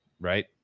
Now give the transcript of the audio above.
Right